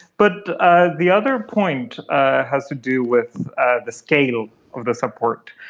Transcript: but ah the other point has to do with ah the scale of the support.